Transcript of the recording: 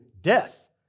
death